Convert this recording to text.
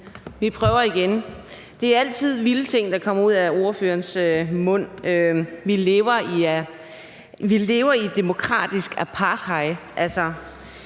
Vi prøver igen. Det er altid vilde ting, der kommer ud af ordførerens mund: Vi lever i et demokratisk apartheid.